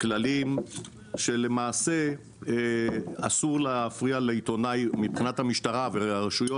כללים שלמעשה אסור להפריע לעיתונאי מבחינת המשטרה והרשויות,